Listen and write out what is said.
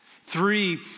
Three